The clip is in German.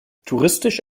touristisch